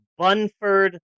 Bunford